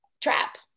trap